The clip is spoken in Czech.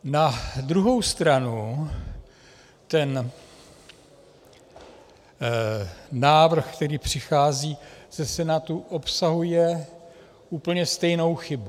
Na druhou stranu ten návrh, který přichází ze Senátu, obsahuje úplně stejnou chybu.